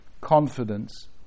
confidence